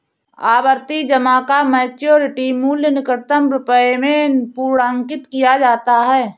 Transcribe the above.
आवर्ती जमा का मैच्योरिटी मूल्य निकटतम रुपये में पूर्णांकित किया जाता है